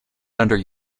under